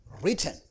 written